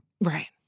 Right